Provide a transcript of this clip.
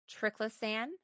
triclosan